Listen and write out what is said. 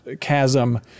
chasm